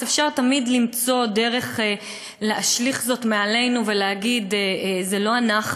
אפשר תמיד למצוא דרך להשליך זאת מעלינו ולהגיד: זה לא אנחנו,